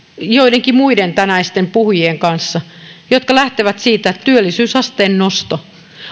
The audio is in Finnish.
joidenkin muiden tänäisten puhujien kanssa niiden jotka lähtevät siitä että työllisyysasteen nosto